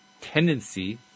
tendency